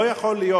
לא יכול להיות,